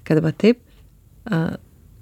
kad va taip a